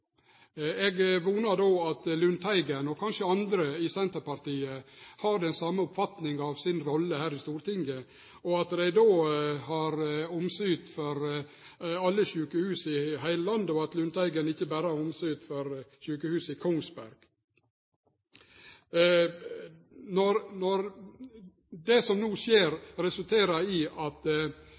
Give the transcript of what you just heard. Eg vonar då at Lundteigen, og kanskje andre i Senterpartiet, har den same oppfatninga av si rolle her i Stortinget, og at dei då har omsut for alle sjukehusa i heile landet, og at Lundteigen ikkje berre har omsut for sjukehjuset i Kongsberg. Det som no skjer, resulterer i at